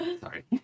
Sorry